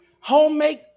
Homemade